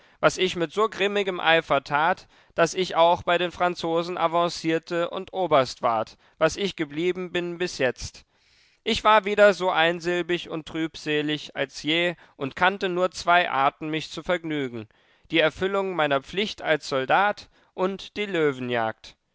was ich mit so grimmigem eifer tat daß ich auch bei den franzosen avancierte und oberst ward was ich geblieben bin bis jetzt ich war wieder so einsilbig und trübselig als je und kannte nur zwei arten mich zu vergnügen die erfüllung meiner pflicht als soldat und die löwenjagd